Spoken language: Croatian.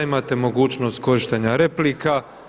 Imate mogućnost korištenja replika.